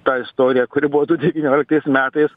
tą istoriją kuri buvo du devynioliktais metais